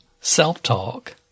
self-talk